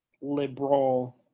liberal